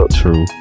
true